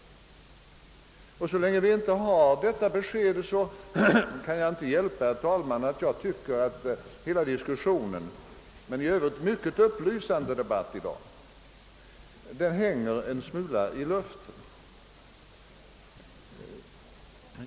Så länge vi inte har detta besked tycker jag, herr talman, att hela diskussionen — trots en i övrigt mycket upplysande debatt i dag — hänger en smula i luften.